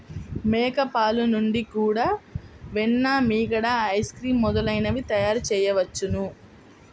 మేక పాలు నుండి కూడా వెన్న, మీగడ, ఐస్ క్రీమ్ మొదలైనవి తయారుచేయవచ్చును